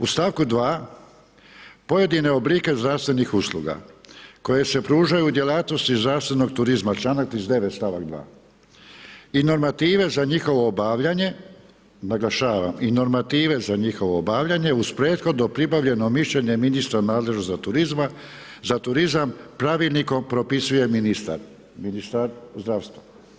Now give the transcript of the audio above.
U stavku 2. pojedine oblike zdravstvenih usluga koje se pružaju u djelatnosti zdravstvenog turizma, članak 39., stavak 2., i normative za njihovo obavljanje, naglašavam, i normative za njihovo obavljanje uz prethodno pribavljeno mišljenje ministra nadležnog za turizam, pravilnikom propisuje ministar zdravstva.